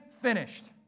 finished